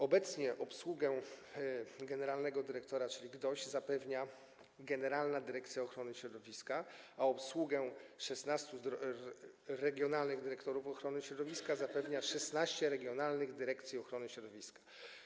Obecnie obsługę generalnego dyrektora, czyli GDOŚ, zapewnia Generalna Dyrekcja Ochrony Środowiska, a obsługę 16 regionalnych dyrektorów ochrony środowiska zapewnia 16 regionalnych dyrekcji ochrony środowiska.